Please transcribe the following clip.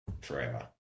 forever